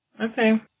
Okay